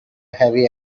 heavy